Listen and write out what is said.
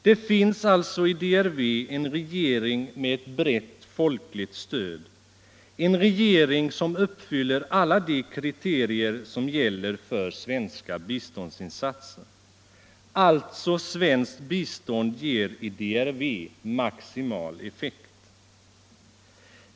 Det finns i DRV en regering med ett brett folkligt stöd, en regering som uppfyller alla de kriterier som gäller för svenska biståndsinsatser. Svenskt bistånd ger i DRV maximal effekt.